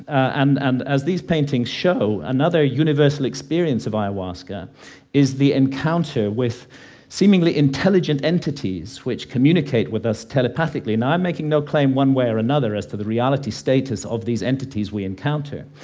and and as these paintings show, another universal experience of ayahuasca is the encounter with seemingly intelligent entities which communicate with us telepathically. now, i'm making no claim one way or another as to the reality state of these entities we encounter,